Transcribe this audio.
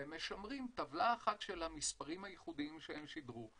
ומשמרים טבלה אחת של המספרים הייחודיים שהם שידרו,